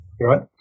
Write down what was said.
Right